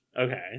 Okay